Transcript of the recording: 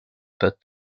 put